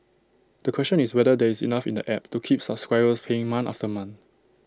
the question is whether there is enough in the app to keep subscribers paying month after month